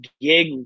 gig